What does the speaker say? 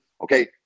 okay